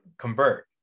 convert